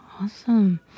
awesome